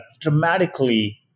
dramatically